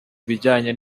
ibijyanye